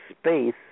space